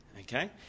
Okay